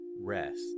rest